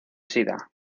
sida